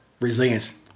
Resilience